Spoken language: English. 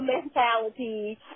mentality